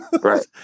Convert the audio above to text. Right